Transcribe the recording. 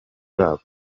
babo